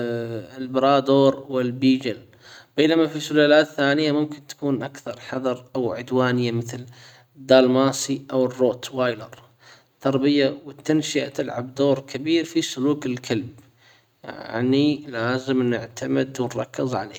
البرادور والبيجل. بينما في سلالات ثانية ممكن تكون اكثر حذر او عدوانية مثل الدالماسي او الروت وايلر تربية والتنشئة تلعب دور كبير في سلوك الكلب. يعني لازم نعتمد ونركز عليها